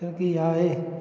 तरक़ी आहे